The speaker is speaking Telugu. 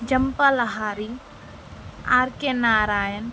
జంపాలహారి ఆర్ కే నారాయణ్